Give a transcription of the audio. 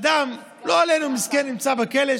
אדם, לא עלינו, מסכן, נמצא בכלא.